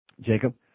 Jacob